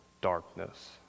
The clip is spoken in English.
darkness